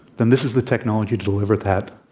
then this is the technology to deliver that.